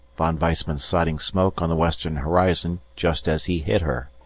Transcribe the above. von weissman sighting smoke on the western horizon just as he hit her.